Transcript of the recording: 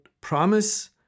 promise